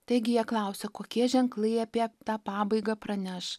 taigi jie klausia kokie ženklai apie tą pabaigą praneš